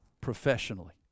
professionally